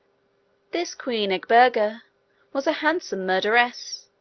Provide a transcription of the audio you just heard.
this queen edburga was a handsome murderess,